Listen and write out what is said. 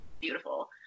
Beautiful